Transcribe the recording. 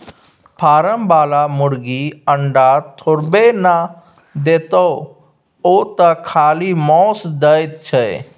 form बला मुरगी अंडा थोड़बै न देतोउ ओ तँ खाली माउस दै छै